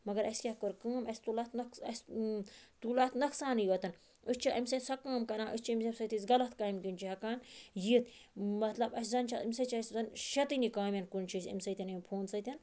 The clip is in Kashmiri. مگَر اَسہِ کیاہ کوٚر کٲم اَسہِ تُل اتھ نۄقصان تُل اتھ نۄقصانٕے یوتَن أسۍ چھِ امہِ سۭتۍ سۄ کٲم کَران أسۍ چھِ غَلَط کامہِ کُن چھِ ہیٚکان یِتھ مَطلَب اسہِ زَن امہِ سۭتۍ چھِ اَسہِ زَن شیطٲنی کامٮ۪ن کُن چھِ أسۍ امہ سۭتۍ امہ فونہٕ سۭتۍ